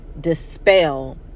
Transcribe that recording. dispel